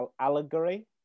Allegory